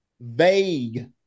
Vague